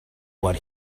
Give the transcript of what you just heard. what